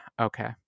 okay